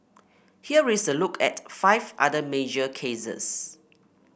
here is a look at five other major cases